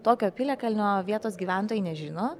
tokio piliakalnio vietos gyventojai nežino